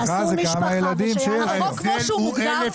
התגמול לנכה ניתן,